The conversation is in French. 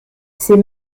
c’est